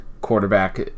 quarterback